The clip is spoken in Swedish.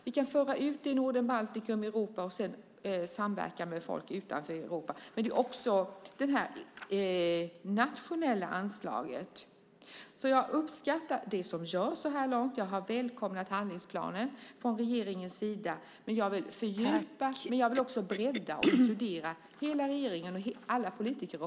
Vi kan föra ut det i Norden, Baltikum och Europa, och därefter även samverka med folk utanför Europa. Men det handlar också om det nationella anslaget. Jag uppskattar det som gjorts så här långt. Jag har välkomnat regeringens handlingsplan, men jag vill fördjupa och bredda frågan genom att inkludera hela regeringen och alla politikområden.